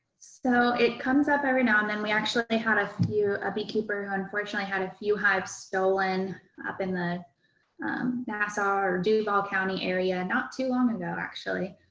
so it comes up every now and then we actually like had a few, a beekeeper, unfortunately had a few hives stolen up in the nassau or duval county area not too long ago, actually.